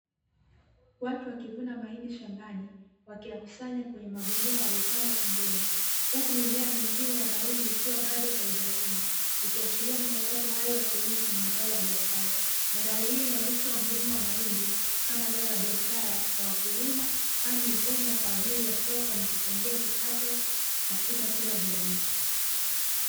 Watu wakivuna mahindi shambani, wakiyakusanya kwenye magunia yaliyopangwa pembeni, huku mimea mingine ya mahindi ikiwa bado haijavunwa, ikiashiria mchakato hai wa kilimo cha mazao ya biashara. Mandhari hii inaonyesha umuhimu wa mahindi kama zao la biashara kwa wakulima, kwani huvunwa kwa ajili ya soko na kuchangia kipato katika kila jamii.